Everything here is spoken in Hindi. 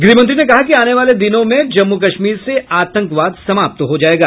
गृहमंत्री ने कहा कि आने वाले दिनों में जम्मू कश्मीर से आतंकवाद समाप्त हो जायेगा